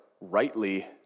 rightly